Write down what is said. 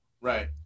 Right